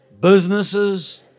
businesses